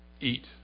Eat